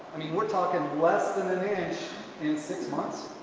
i mean we're talking less than an inch in six months.